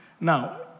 Now